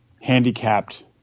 handicapped